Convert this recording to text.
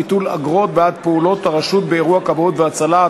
ביטול אגרות בעד פעולות הרשות באירוע כבאות והצלה),